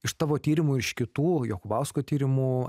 iš savo tyrimų ir iš kitų jokubausko tyrimų